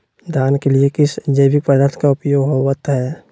धान के लिए किस जैविक पदार्थ का उपयोग होवत है?